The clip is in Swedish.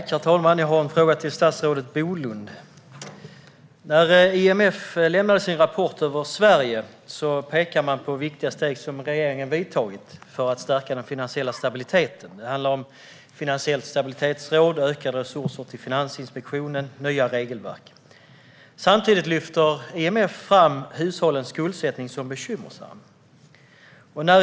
Herr talman! Jag har en fråga till statsrådet Bolund. När IMF lämnade sin rapport om Sverige pekade man på viktiga steg som regeringen har tagit för att stärka den finansiella stabiliteten. Det handlar om ett finansiellt stabilitetsråd, ökade resurser till Finansinspektionen och nya regelverk. Samtidigt lyfter IMF fram hushållens skuldsättning som bekymmersam.